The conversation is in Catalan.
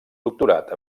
doctorat